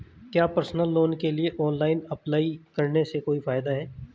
क्या personal loan के लिए ऑनलाइन अप्लाई करने से कोई फायदा है?